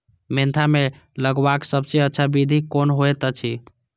Mentha के लगवाक सबसँ अच्छा विधि कोन होयत अछि?